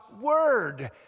Word